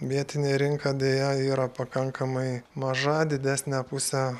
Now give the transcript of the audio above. vietinė rinka deja yra pakankamai maža didesnę pusę